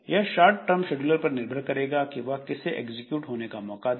यह short term scheduler पर निर्भर करेगा कि यह किसे एग्जीक्यूट होने का मौका दें